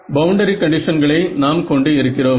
boundary கண்டிஷன்களை நாம் கொண்டு இருக்கிறோம்